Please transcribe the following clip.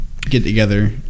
get-together